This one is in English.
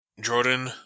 Jordan